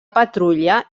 patrulla